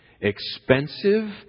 expensive